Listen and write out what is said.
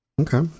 Okay